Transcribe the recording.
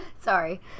Sorry